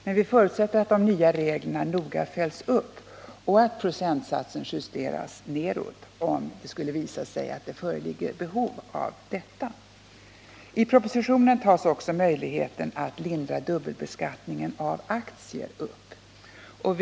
Men vi förutsätter att de nya reglerna noga följs upp och att procentsatsen justeras nedåt om det skulle visa sig att behov föreligger av detta. I propositionen tas möjligheten att lindra dubbelbeskattningen av aktier upp.